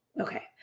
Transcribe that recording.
Okay